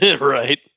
right